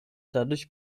dadurch